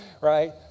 right